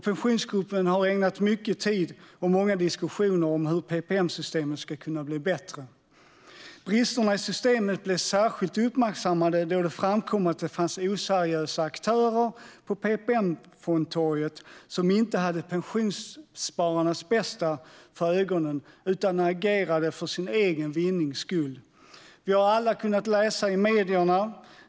Pensionsgruppen har ägnat mycket tid och många diskussioner åt hur PPM-systemet ska kunna bli bättre. Bristerna i systemet blev särskilt uppmärksammade då det framkom att det fanns oseriösa aktörer på PPM-fondtorget som inte hade pensionsspararnas bästa för ögonen utan agerade för sin egen vinnings skull. Vi har alla kunnat läsa om det i medierna.